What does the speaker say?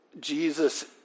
Jesus